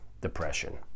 depression